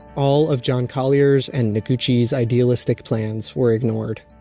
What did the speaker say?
all of john collier's and noguchi's idealistic plans were ignored